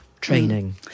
training